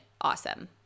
awesome